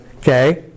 Okay